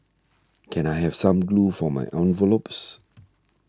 can I have some glue for my envelopes